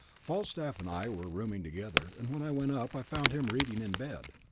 falstaff and i were rooming together, and when i went up i found him reading in bed.